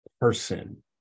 person